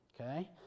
Okay